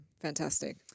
fantastic